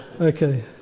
Okay